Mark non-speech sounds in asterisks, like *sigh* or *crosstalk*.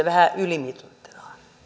*unintelligible* vähän ylimitoitetaan